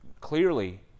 clearly